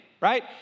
right